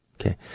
Okay